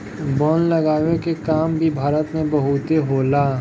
वन लगावे के काम भी भारत में बहुते होला